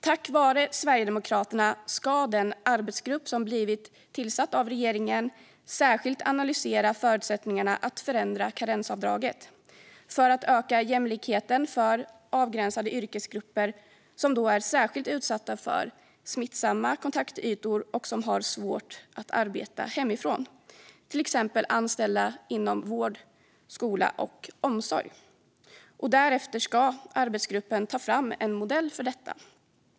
Tack vare Sverigedemokraterna ska den arbetsgrupp som blivit tillsatt av regeringen särskilt analysera förutsättningarna för att förändra karensavdraget för att öka jämlikheten för avgränsade yrkesgrupper som är särskilt utsatta för smittsamma kontaktytor och som har svårt att arbeta hemifrån, till exempel anställda inom vård, skola och omsorg. Därefter ska arbetsgruppen ta fram en modell för detta.